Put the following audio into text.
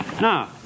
Now